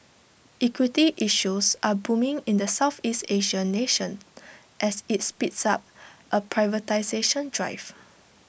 equity issues are booming in the Southeast Asian nation as IT speeds up A privatisation drive